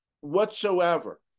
whatsoever